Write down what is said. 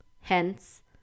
Hence